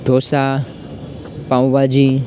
dosa pav bhaji